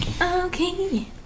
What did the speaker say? Okay